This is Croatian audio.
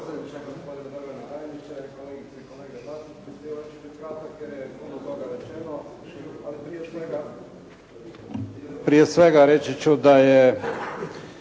prije svega reći ću da ću